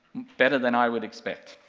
better than i would expect,